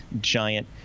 giant